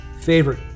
favorite